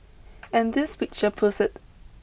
and this picture proves it